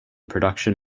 production